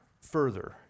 further